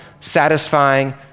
satisfying